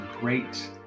great